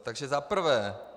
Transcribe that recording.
Takže za prvé.